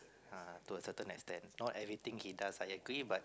uh to a certain extent not everything he does I agree but